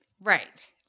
Right